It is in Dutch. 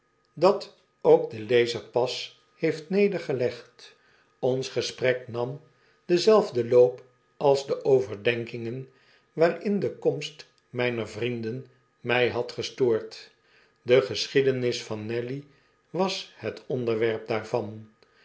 dat ook de lezer pas heeft nedergelegd ons gesprek nam denzelfden loop als de overdenkingen waarin de komst mjjner vrienden mjj had gestoord de geschiedenis van nelly was het onderwerp daarvan